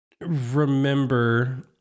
Remember